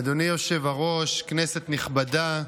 אדוני היושב-ראש, כנסת נכבדה,